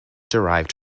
derived